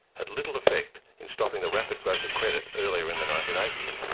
had little effect in stopping the rapid growth of credit earlier in the nineteen eighty s.